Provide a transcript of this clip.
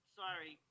sorry